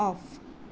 off